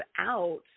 out